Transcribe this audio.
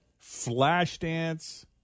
Flashdance